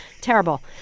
Terrible